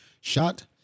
shot